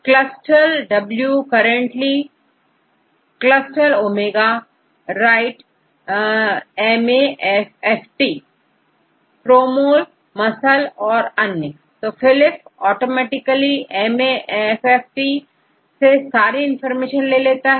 ClustalW currently Clustal Omega right MAFFT PromolsMUSCLE और अन्य तो phylip ऑटोमेटिकली mafft से सारी इनफार्मेशन ले लेता है